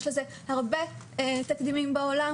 יש לזה הרבה תקדימים בעולם,